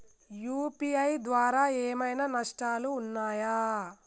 UPI ద్వారా ఏమైనా నష్టాలు ఉన్నయా?